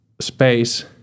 space